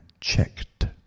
checked